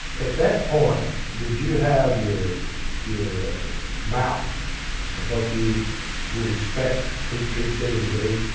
at that point did you have your your map of what you would expect peachtree city to be?